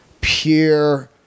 pure